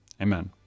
amen